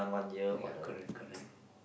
ya correct correct